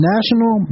National